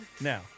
Now